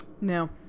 No